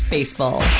Baseball